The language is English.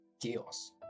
chaos